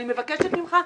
אני מבקשת ממך,